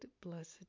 blessed